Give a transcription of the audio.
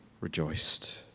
rejoiced